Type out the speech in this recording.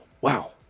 wow